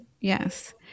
yes